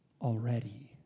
already